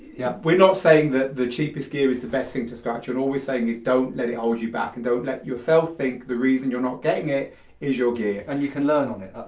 yeah we're not saying that the cheapest gear is the best thing to scratch on, all we're saying is don't let it hold you back. and don't let yourself think the reason you're not getting it is your gear. and you can learn on it,